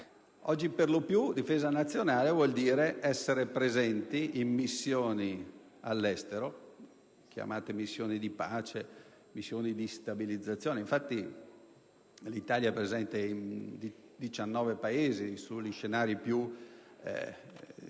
Oggi, per lo più, difesa nazionale vuol dire essere presenti in missioni all'estero, chiamate missioni di pace, missioni di stabilizzazione. Infatti, l'Italia è presente in 19 Paesi negli scenari più diversificati,